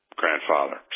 grandfather